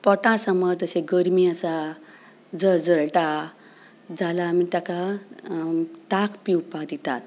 पोटा समज तशें गरमी आसा जळजळटा जाल्यार आमी ताका ताक पिवपाक दितात